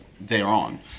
thereon